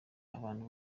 abantu